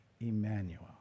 Emmanuel